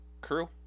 crew